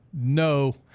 no